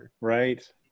Right